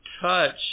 touch